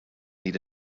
need